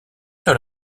sur